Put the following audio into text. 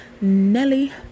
Nelly